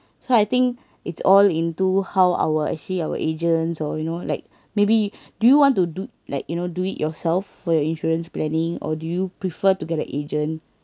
so I think it's all into how our actually our agents or you know like maybe do you want to do like you know do it yourself for your insurance planning or do you prefer to get a agent